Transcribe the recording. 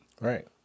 Right